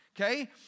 Okay